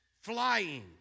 flying